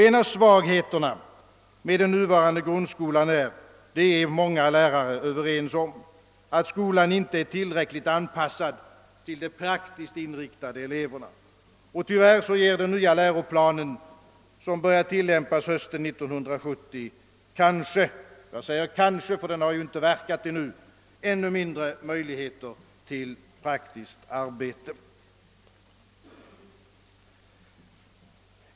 En av svagheterna med den nuvarande grundskolan är, att skolan inte är tillräckligt anpassad till de praktiskt inriktade eleverna. Detta är många lärare överens om. Och tyvärr ger den nya läroplanen som börjar tillämpas 1970 kanske — jag säger kanske, ty den har ju inte verkat ännu — ännu mindre möjligheter till praktiskt arbete.